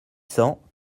cents